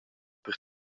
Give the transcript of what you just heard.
per